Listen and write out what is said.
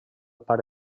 pare